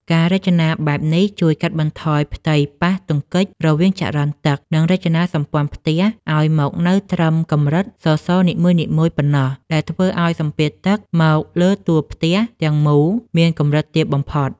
ការរចនាបែបនេះជួយកាត់បន្ថយផ្ទៃប៉ះទង្គិចរវាងចរន្តទឹក និងរចនាសម្ព័ន្ធផ្ទះឱ្យមកនៅត្រឹមកម្រិតសសរនីមួយៗប៉ុណ្ណោះ ដែលធ្វើឱ្យសម្ពាធទឹកមកលើតួផ្ទះទាំងមូលមានកម្រិតទាបបំផុត។